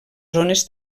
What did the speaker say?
zones